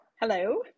Hello